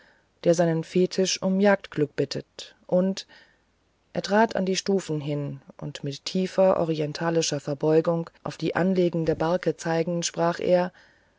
der seinen fetisch um jagdglück bittet und nun er trat an die stufen hin und mit tiefer orientalischer verbeugung auf die anlegende barke zeigend sprach er